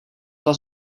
was